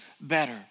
better